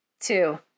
Two